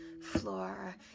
floor